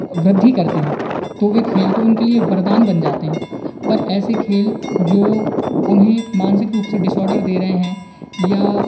वृद्धि करते हैं तो वे खेल तो उनके लिए वरदान बन जाते हैं पर ऐसे खेल जो उन्हें मानसिक रूप से डिसऑर्डर दे रहे हैं या